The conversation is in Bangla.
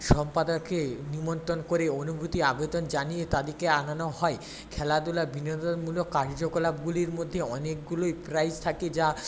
সম্পাদককে নিমন্ত্রন করে অনুভূতি আবেদন জানিয়ে তাঁদেরকে আনানো হয় খেলাধুলা বিনোদনমূলক কার্যকলাপগুলির মধ্যে অনেকগুলোই প্রাইজ থাকে যা